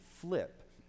flip